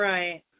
Right